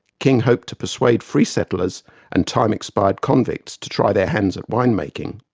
king hoped to persuade free settlers and time-expired convicts to try their hands at wine-making.